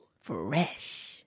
Fresh